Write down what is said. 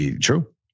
True